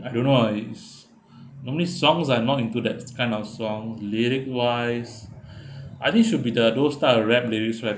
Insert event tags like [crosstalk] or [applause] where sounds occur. I don't know ah is normally songs I'm not into that kind of song lyric wise [breath] I think should be the those type of rap lyrics right